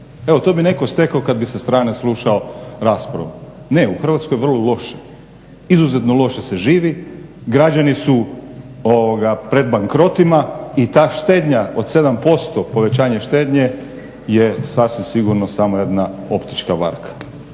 Evo to bi netko stekao kad bi sa strane slušao raspravu. Ne, u Hrvatskoj je vrlo loše, izuzetno loše se živi, građani su pred bankrotima i ta štednja od 7% povećanje štednje je sasvim sigurno samo jedna optička varka.